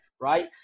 right